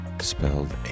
spelled